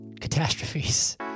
catastrophes